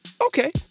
Okay